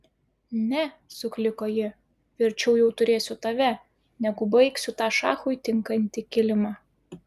ne sukliko ji verčiau jau turėsiu tave negu baigsiu tą šachui tinkantį kilimą